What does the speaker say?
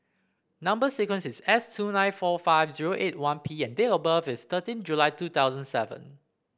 number sequence is S two nine four five zero eight one P and date of birth is thirteen July two thousand seven